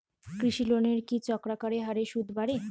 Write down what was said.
কৃষি লোনের কি চক্রাকার হারে সুদ বাড়ে?